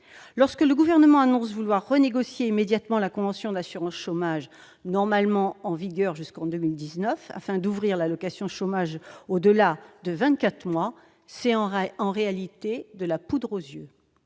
Lorsque le Gouvernement annonce vouloir renégocier immédiatement la convention d'assurance chômage, normalement en vigueur jusqu'en 2019, afin d'ouvrir l'allocation chômage au-delà de vingt-quatre mois, c'est de la poudre aux yeux